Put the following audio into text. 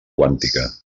quàntica